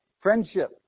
Friendship